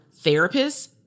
therapists